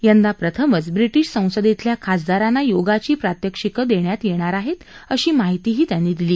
यंदा प्रथमच ब्रिटीश संसदेतल्या खासदारांना योगाची प्रात्यक्षिकं देण्यात येणार आहेत अशी माहिती त्यांनी दिली